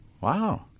Wow